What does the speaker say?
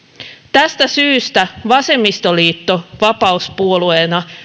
tästä syystä vasemmistoliitto vapauspuolueena